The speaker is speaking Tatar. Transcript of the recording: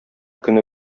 көне